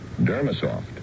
Dermasoft